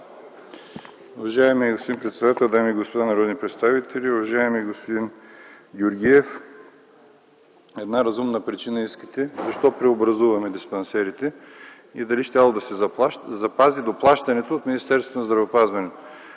Уважаеми господин председател, дами и господа народни представители! Уважаеми господин Георгиев, една разумна причина искате защо преобразуваме диспансерите и дали щяло да се запази доплащането от Министерството на здравеопазването.